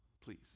Please